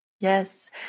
Yes